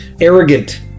arrogant